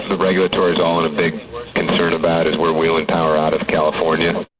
but regulatory's all in a big concern about is we're wheeling power out of california.